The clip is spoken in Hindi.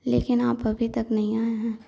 लेकिन आप अभी तक नहीं आए हैं